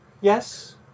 Yes